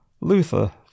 Luther